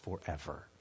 forever